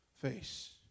face